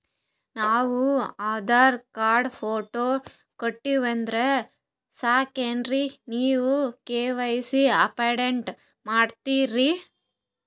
ನಾವು Aadhaar card, photo ಕೊಟ್ಟೀವಂದ್ರ ಸಾಕೇನ್ರಿ ನೀವ ಕೆ.ವೈ.ಸಿ ಅಪಡೇಟ ಮಾಡ್ತೀರಿ?